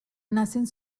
nacen